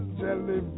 jelly